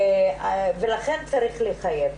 לכן צריך לחייב.